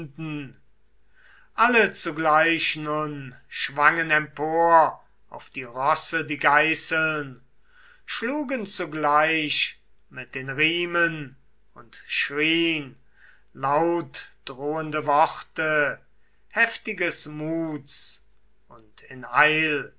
alle zugleich nun schwangen empor auf die rosse die geißeln schlugen zugleich mit den riemen und schrien lautdrohende worte heftiges muts und in